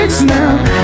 Now